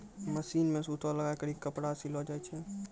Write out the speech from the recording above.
machine मे सूता लगाय करी के कपड़ा सिलो जाय छै